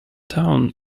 town